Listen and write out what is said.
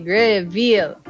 reveal